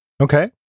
Okay